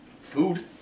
food